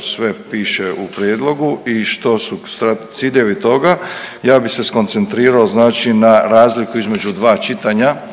sve piše u prijedlogu i što su ciljevi toga. Ja bih se skoncentrirao znači na razliku između dva čitanja